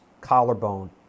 collarbone